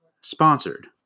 sponsored